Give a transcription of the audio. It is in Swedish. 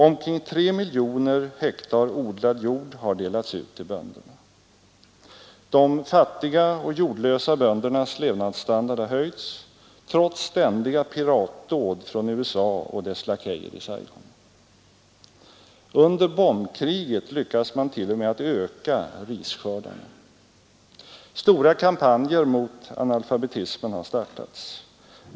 Omkring 3 miljoner hektar odlad jord har delats ut till bönderna. De fattiga och jordlösa böndernas levnadsstandard har höjts — trots ständiga piratdåd från USA och dess lakejer i Saigon. Under bombkriget lyckades man med att öka risskördarna. Stora kampanjer mot analfabetismen har startat.